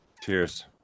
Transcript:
Cheers